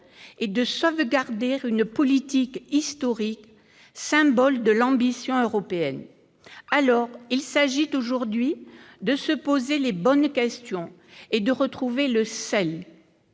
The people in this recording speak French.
et de sauvegarder une politique historique, symbole de l'ambition européenne. Ainsi donc, il s'agit aujourd'hui de se poser les bonnes questions et de retrouver le sel.